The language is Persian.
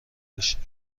بشیم